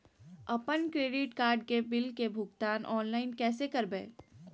अपन credit card के bill के भुगतान ऑनलाइन कैसे करबैय?